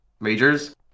majors